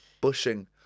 Bushing